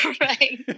right